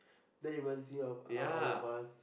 that reminds me of uh all of us